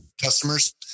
customers